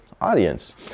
audience